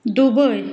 Dubai